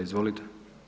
Izvolite.